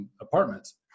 apartments